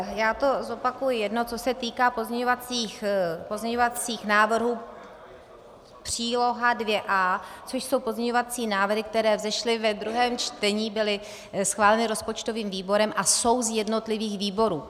Já to zopakuji, jedno co se týká pozměňovacích návrhů, příloha 2a, což jsou pozměňovací návrhy, které vzešly ve druhém čtení, byly schváleny rozpočtovým výborem a jsou z jednotlivých výborů.